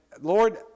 Lord